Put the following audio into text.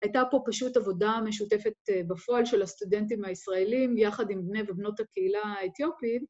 ‫הייתה פה פשוט עבודה משותפת ‫בפועל של הסטודנטים הישראלים ‫יחד עם בני ובנות הקהילה האתיופיים.